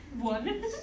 One